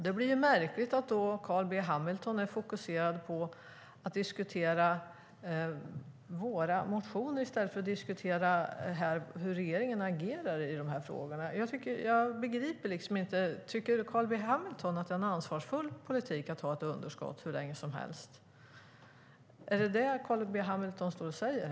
Det blir då märkligt att Carl B Hamilton fokuserar på att diskutera våra motioner i stället för att diskutera hur regeringen agerar i de här frågorna. Jag begriper liksom inte - tycker Carl B Hamilton att det är en ansvarsfull politik att ha ett underskott hur länge som helst? Är det vad Carl B Hamilton står här och säger?